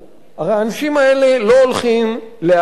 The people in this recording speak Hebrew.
הרי האנשים האלה לא הולכים להיעלם